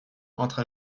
entre